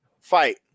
fight